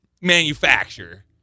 Manufacture